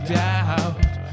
doubt